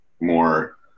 more